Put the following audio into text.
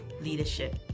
leadership